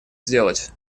сделать